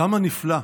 כמה נפלא,